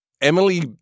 Emily